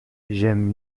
j’aime